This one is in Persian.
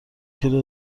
کیلو